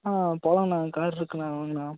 ஆ போகலாண்ணா கார் இருக்குதுண்ணா வாங்கண்ணா